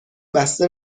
بسته